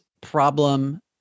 problem